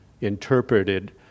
interpreted